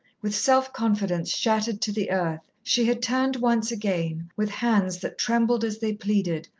with self-confidence shattered to the earth, she had turned once again, with hands that trembled as they pleaded,